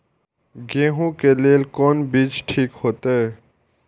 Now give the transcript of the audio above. गेहूं के लेल कोन बीज ठीक होते?